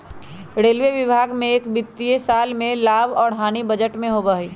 railway विभाग में एक वित्तीय साल में लाभ और हानि बजट में होबा हई